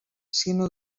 sinó